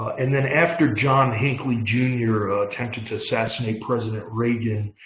and then after john hinckley jr. attempted to assassinate president reagan,